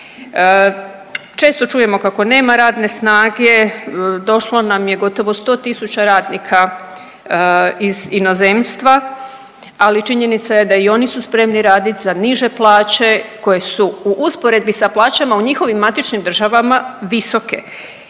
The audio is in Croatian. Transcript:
Često čujemo kako nema radne snage, došlo nam je gotovo 100 tisuća radnika iz inozemstva, ali činjenica je da i oni su spremni radit za niže plaće koje su u usporedbi sa plaćama u njihovim matičnim državama visoke